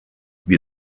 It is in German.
wir